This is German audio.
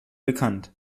bekannt